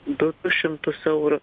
du šimtus eurų